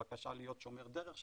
הבקשה להיות שומר דרך,